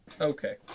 Okay